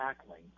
tackling